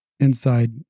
inside